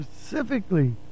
specifically